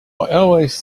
always